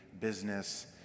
business